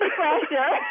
pressure